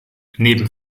neben